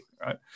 right